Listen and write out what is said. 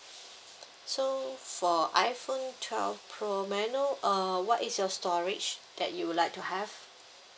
so for iphone twelve pro may I know uh what is your storage that you would like to have